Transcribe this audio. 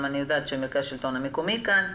אני יודעת שנציגי מרכז השלטון המקומי גם נמצאים כאן.